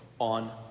on